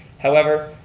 however,